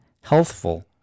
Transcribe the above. healthful